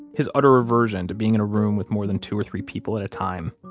his utter aversion to being in a room with more than two or three people at a time,